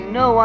no